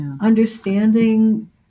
understanding